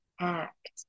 act